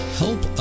help